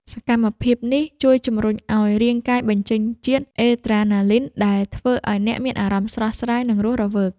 សកម្មភាពនេះជួយជម្រុញឱ្យរាងកាយបញ្ចេញជាតិអាដ្រេណាលីន ដែលធ្វើឱ្យអ្នកមានអារម្មណ៍ស្រស់ស្រាយ និងរស់រវើក។